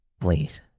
Please